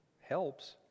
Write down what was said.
helps